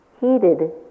Heated